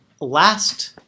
last